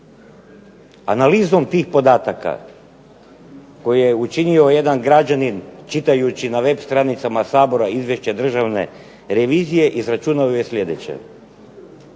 Analizom tih podataka koju je učinio jedan građanin čitajući na web stranicama Sabora izvješće Državne revizije izračunao je sljedeće.